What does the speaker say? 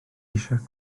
eisiau